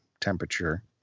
temperature